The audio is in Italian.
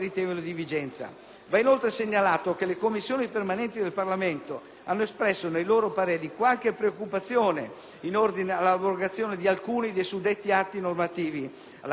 hanno espresso nei loro pareri qualche preoccupazione in ordine all'abrogazione di alcuni dei suddetti atti normativi. Alla Camera dei deputati, ad esempio, le Commissioni giustizia, affari esteri, difesa, finanze,